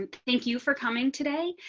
um thank you for coming today.